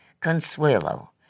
Consuelo